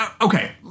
okay